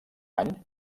any